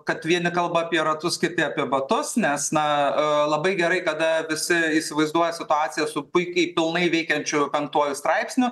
kad vieni kalba apie ratus kiti apie batus nes na labai gerai kada visi įsivaizduoja situaciją su puikiai pilnai veikiančiu antruoju straipsniu